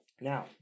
Now